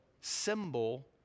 symbol